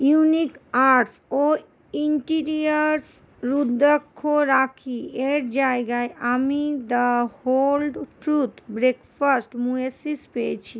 unique arts ও interiors Rudraksha rakhi এর জায়গায় আমি the whole truth breakfast muesli পেয়েছি